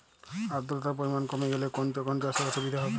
আদ্রতার পরিমাণ কমে গেলে কোন কোন চাষে অসুবিধে হবে?